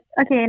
okay